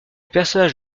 personnage